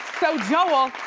so joel,